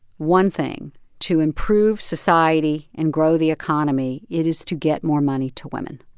one thing to improve society and grow the economy, it is to get more money to women.